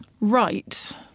right